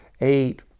eight